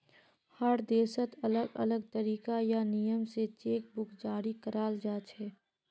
हर देशत अलग अलग तरीका या नियम स चेक बुक जारी कराल जाछेक